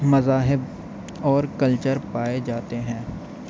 مذاہب اور کلچر پائے جاتے ہیں